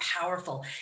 powerful